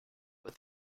but